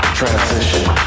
Transition